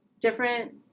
different